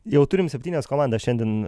jau turim septynias komandas šiandien